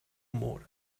amor